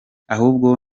ahubwo